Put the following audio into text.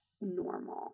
normal